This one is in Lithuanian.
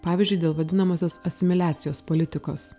pavyzdžiui dėl vadinamosios asimiliacijos politikos